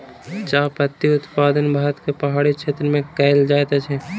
चाह पत्ती उत्पादन भारत के पहाड़ी क्षेत्र में कयल जाइत अछि